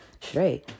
Straight